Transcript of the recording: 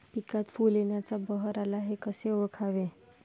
पिकात फूल येण्याचा बहर आला हे कसे ओळखावे?